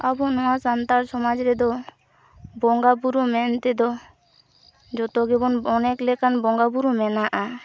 ᱟᱵᱚ ᱱᱚᱣᱟ ᱥᱟᱱᱛᱟᱲ ᱥᱚᱢᱟᱡᱽ ᱨᱮᱫᱚ ᱵᱚᱸᱜᱟ ᱵᱩᱨᱩ ᱢᱮᱱᱛᱮᱫᱚ ᱡᱚᱛᱚ ᱜᱮᱵᱚᱱ ᱚᱱᱮᱠ ᱞᱮᱠᱟᱱ ᱵᱚᱸᱜᱟ ᱵᱩᱨᱩ ᱢᱮᱱᱟᱜᱼᱟ